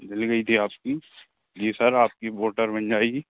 जल गई थी आपकी जी सर आपकी मोटर बन जाएगी